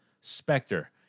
Spectre